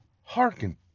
hearken